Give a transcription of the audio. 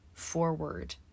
forward